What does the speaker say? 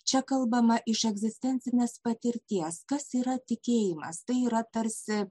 čia kalbama iš egzistencinės patirties kas yra tikėjimas tai yra tarsi